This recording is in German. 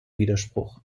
widerspruch